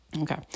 okay